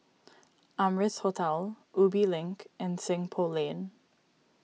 Amrise Hotel Ubi Link and Seng Poh Lane